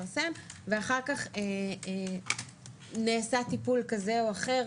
ואחר כך נעשה טיפול כזה או אחר.